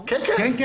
כן, כן.